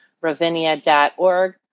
ravinia.org